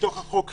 לתוך החוק המוצע,